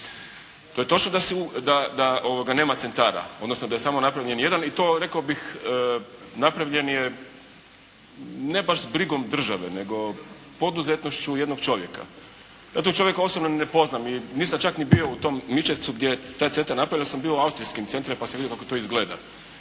To je točno da nema centara, odnosno da je samo napravljen jedan i to rekao bih napravljen je ne baš s brigom države, nego poduzetnošću jednog čovjeka. Ja tog čovjeka osobno ne poznam, i nisam čak ni bio u tom Mišćevcu gdje je ta cesta napravljena, ja sam bio u austrijskim centrima pa sam vidio kako to izgleda.